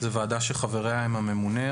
זוהי ועדה שחבריה הם הממונה,